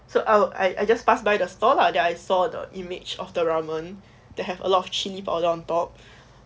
so I'll I I just pass by the stall lah that I saw the image of the ramen that have a lot of chilli powder on top